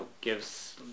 gives